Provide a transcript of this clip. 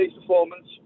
performance